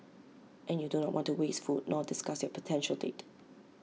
and you do not want to waste food nor disgust your potential date